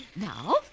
Now